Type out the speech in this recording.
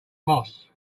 moss